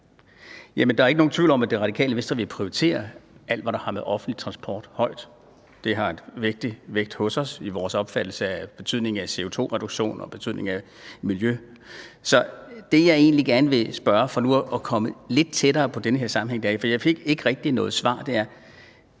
der er ikke nogen tvivl om, at Det Radikale Venstre vil prioritere alt, hvad der har med offentlig transport at gøre højt. Det har stor vægt for os og for vores opfattelse af betydningen af CO2-reduktioner og for betydningen af miljø. Så det, jeg egentlig gerne vil sige, for nu at komme lidt tættere på den her sammenhæng, der er, for jeg fik ikke rigtig noget svar, er,